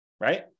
Right